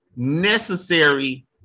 necessary